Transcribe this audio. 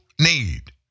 need